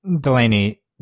Delaney